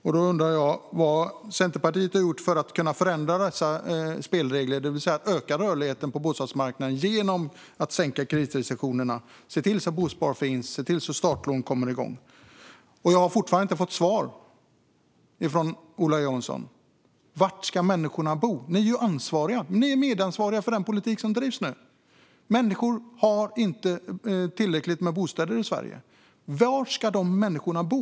Jag undrar vad Centerpartiet har gjort för att kunna förändra dessa spelregler. Det handlar om att öka rörligheten på bostadsmarknaden genom att sänka kreditrestriktionerna, se till att bospar finns och att startlån kommer igång. Jag har fortfarande inte fått svar från Ola Johansson. Var ska människorna bo? Ni är medansvariga för den politik som nu drivs. Människor har inte tillräckligt med bostäder i Sverige. Var ska de människorna bo?